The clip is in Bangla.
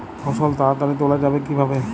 ফসল তাড়াতাড়ি তোলা যাবে কিভাবে?